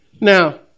Now